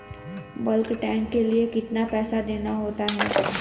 Bulk tank के लिए कितना पैसा देना होता है?